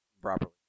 properly